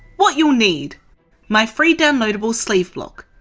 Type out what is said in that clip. what you'll need my free downloadable sleeve block.